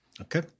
Okay